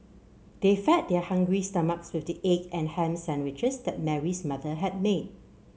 they fed their hungry stomachs with the egg and ham sandwiches that Mary's mother had made